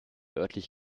örtlich